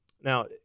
now